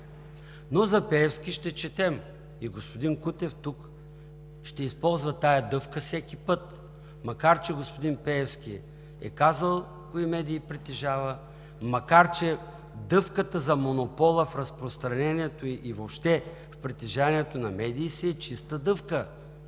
Но за Пеевски ще четем – и господин Кутев тук ще използва тази дъвка всеки път, макар, че господин Пеевски е казал кои медии притежава, независимо че дъвката за монопола в разпространението и въобще в притежанието на медии си е чиста дъвка.